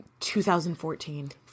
2014